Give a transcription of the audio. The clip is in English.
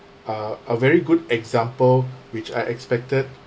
uh a very good example which I expected